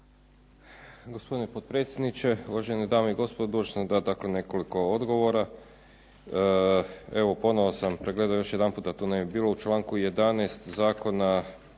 Gospodine potpredsjedniče, uvažene dame i gospodo. Dužan sam dati nekoliko odgovora. Evo ponovo sam pregledao još jedanputa, da tu ne bi bilo, u članku 11. Zakona